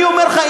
אני אומר לך,